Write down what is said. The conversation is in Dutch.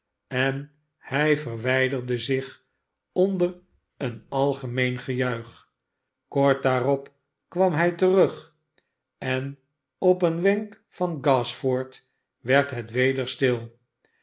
en hij verwijderde zich onder een algemeen gejuich kort daarop kwam hij terug en op een wenk van gashford werd het weder stil